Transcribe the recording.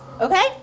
okay